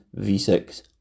V6